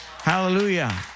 Hallelujah